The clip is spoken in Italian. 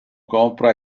compra